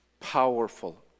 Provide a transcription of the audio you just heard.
Powerful